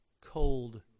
cold